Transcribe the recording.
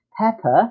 pepper